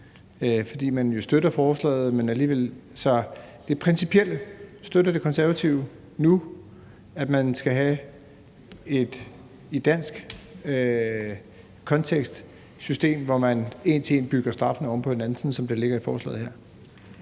fordi man jo støtter forslaget, men alligevel. Så i forhold til det principielle: Støtter De Konservative nu, at man i dansk kontekst skal have et system, hvor man en til en bygger straffene oven på hinanden, sådan som det ligger i forslaget her?